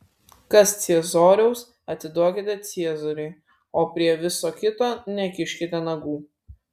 kas ciesoriaus atiduokite ciesoriui o prie viso kito nekiškite nagų